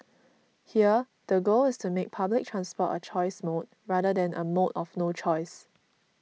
here the goal is to make public transport a choice mode rather than a mode of no choice